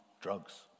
drugs